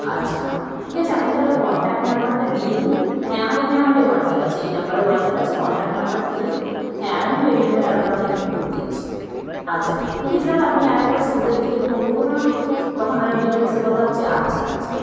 আচ্ছা ঠিক আছে আপনি তাহলে কন্ট্যাক্ট নম্বরটা দিয়ে দিন হ্যাঁ আমার এই নম্বরে হোয়াটসঅ্যাপ আছে এই নম্বরে হোয়াটসঅ্যাপ আছে কন্ট্যাক্ট নম্বরটা দিন হ্যাঁ আর আমি পেমেন্টটা তারপর আপনাকে করে দিচ্ছি আচ্ছা ঠিক আছে তাহলে আপনি আরেকবার সন্ধের দিকে ফোন করুন আমাকে তখন আরও ডিটেলসে কথা হচ্ছে আচ্ছা আচ্ছা